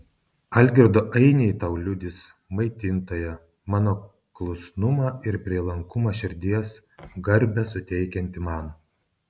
algirdo ainiai tau liudys maitintoja mano klusnumą ir prielankumą širdies garbę suteikiantį man